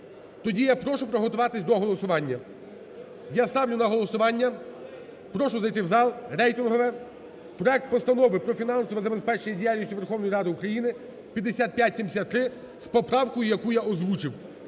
Тоді я прошу приготуватися до голосування. Я ставлю на голосування, прошу зайти в зал, рейтингове проект Постанови про фінансове забезпечення діяльності Верховної Ради України (5573) з поправкою, яку я озвучив.